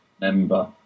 member